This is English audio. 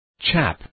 Chap